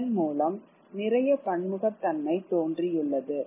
இதன் மூலம் நிறைய பன்முகத்தன்மை தோன்றியுள்ளது